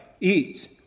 eat